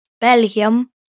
Belgium